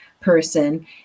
person